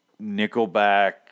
Nickelback